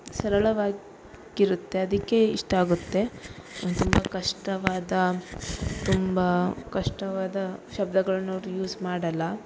ಸರಳವಾಗಿರುತ್ತೆ ಅದಕ್ಕೆ ಇಷ್ಟ ಆಗುತ್ತೆ ತುಂಬ ಕಷ್ಟವಾದ ತುಂಬ ಕಷ್ಟವಾದ ಶಬ್ದಗಳನ್ನ ಅವ್ರು ಯೂಸ್ ಮಾಡೋಲ್ಲ